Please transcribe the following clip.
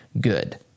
good